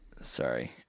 Sorry